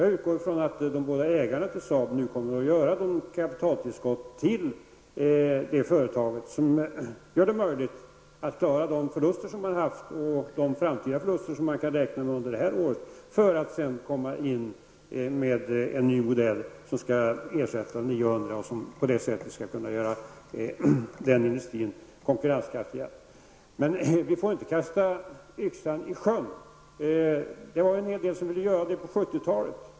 Jag utgår ifrån att Saabs båda ägare nu kommer att skjuta till kapital till de företag som kan täcka de tidigare förlusterna och de förluster som kan väntas under det här året. Då blir det möjligt att ta fram en ny modell som kan ersätta 900-serien. På så sätt kan Saab bli konkurrenskraftigare. Vi får inte kasta yxan i sjön. Det var många som ville göra det på 70-talet.